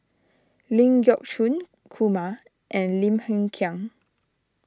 Ling Geok Choon Kumar and Lim Hng Kiang